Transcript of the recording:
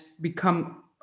become